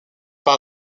par